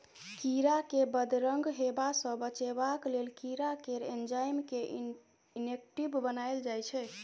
कीरा केँ बदरंग हेबा सँ बचेबाक लेल कीरा केर एंजाइम केँ इनेक्टिब बनाएल जाइ छै